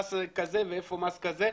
מס כזה וכזה?